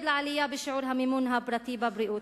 לעלייה בשיעור המימון הפרטי בבריאות.